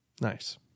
Nice